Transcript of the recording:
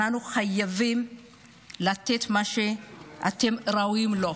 אנחנו חייבים לתת מה שאתם ראויים לו.